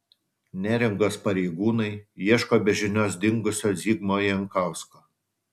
neringos pareigūnai ieško be žinios dingusio zigmo jankausko